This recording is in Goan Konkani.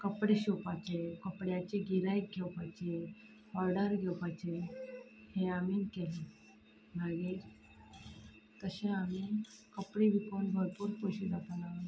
कपडे शिवपाचे कपड्यांचे गिरायक घेवपाचें ऑर्डर घेवपाचें हें आमी केलें मागीर अशे आमी कपडे विकून भरपूर पयशे